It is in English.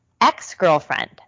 ex-girlfriend